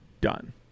done